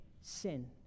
sin